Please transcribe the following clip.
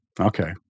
okay